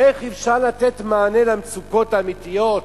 איך אפשר לתת מענה למצוקות האמיתיות?